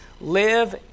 live